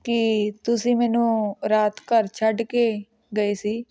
ਕਿ ਤੁਸੀਂ ਮੈਨੂੰ ਰਾਤ ਘਰ ਛੱਡ ਕੇ ਗਏ ਸੀ